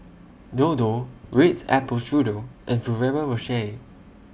Dodo Ritz Apple Strudel and Ferrero Rocher